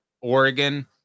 Oregon